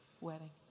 wedding